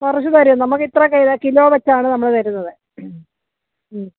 കുറച്ച് തരും നമുക്ക് ഇത്ര കെ കിലോ വെച്ചാണ് നമ്മൾ തരുന്നത്